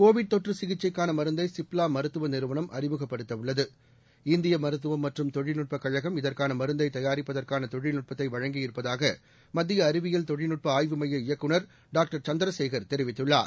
Covid தொற்று சிகிச்சைக்கான மருந்தை சிப்லா மருத்துவ நிறுவனம் அறிமுகப்படுத்த உள்ளது இந்திய மருத்துவம் மற்றம் தொழில்நுட்ப கழகம் இதற்கான மருந்தை தயாரிப்பதற்கான தொழில்நுட்பத்தை வழங்கியிருப்பதாக மத்திய அறிவியல் தொழில்நுட்ப ஆய்வு மைய இயக்குநர் டாங்டர் சந்திரசேகர் தெரிவித்துள்ளார்